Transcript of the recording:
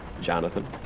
Jonathan